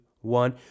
one